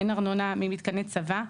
אין ארנונה ממתקני צבא,